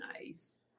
nice